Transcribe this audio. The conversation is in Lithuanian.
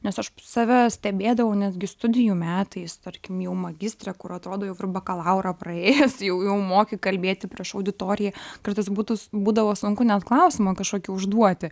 nes aš save stebėdavau netgi studijų metais tarkim jau magistre kur atrodo jau ir bakalaurą praėjus jau jau moki kalbėti prieš auditoriją kartais būtų būdavo sunku net klausimą kažkokį užduoti